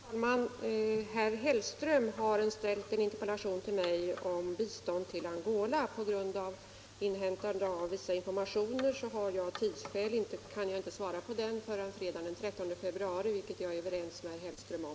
Herr talman! Herr Hellström har ställt en interpellation till mig om biståndet till Angola. I och för inhämtande av vissa informationer kan den av tidsskäl inte besvaras förrän fredagen den 13 februari, vilket jag är överens med herr Hellström om.